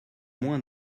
moins